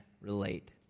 relate